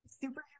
super